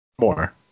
more